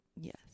Yes